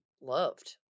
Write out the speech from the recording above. loved